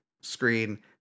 screen